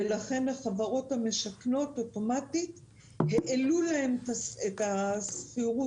ולכן החברות המשכנות אוטומטית העלו להם את השכירות.